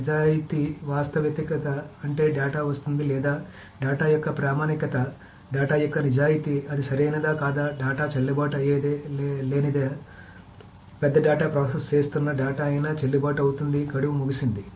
నిజాయితీ వాస్తవికత అంటే డేటా వస్తోంది లేదా డేటా యొక్క ప్రామాణికత డేటా యొక్క నిజాయితీ అది సరైనదా కాదా డేటా చెల్లుబాటు అయ్యేదే అయినా లేదా పెద్ద డేటా ప్రాసెస్ చేస్తున్న డేటా అయినా చెల్లుబాటు అవుతుంది గడువు ముగిసింది